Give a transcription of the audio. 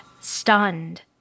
stunned